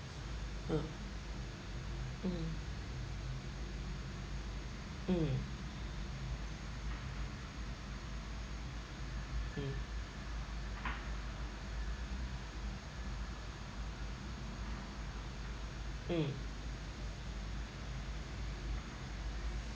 uh mm mm mm mm